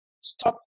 Stop